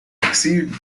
exceed